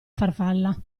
farfalla